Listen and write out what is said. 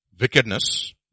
wickedness